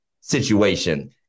situation